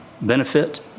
benefit